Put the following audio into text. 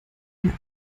mir